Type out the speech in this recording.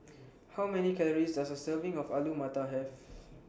How Many Calories Does A Serving of Alu Matar Have